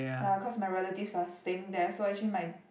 ya cause my relatives are staying there so actually my